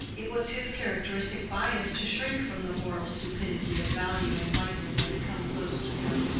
it was his characteristic bias to shrink from the moral stupidity of valuing lightly what had come close to him,